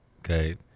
okay